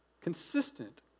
consistent